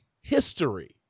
history